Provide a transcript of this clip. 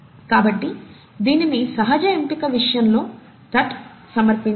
కాబట్టి దీనిని సహజ ఎంపిక విషయంలో టుట్ సమర్పించారు